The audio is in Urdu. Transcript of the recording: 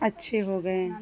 اچھے ہو گئے